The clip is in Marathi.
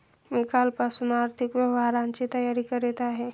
मी कालपासून आर्थिक व्यवहारांची तयारी करत आहे